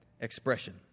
expression